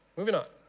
moving on.